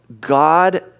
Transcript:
God